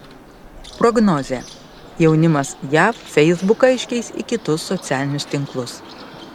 prognozė jaunimas jav feisbuką iškeis į kitus socialinius tinklus